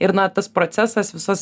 ir na tas procesas visas